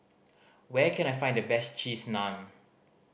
where can I find the best Cheese Naan